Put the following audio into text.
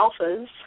alphas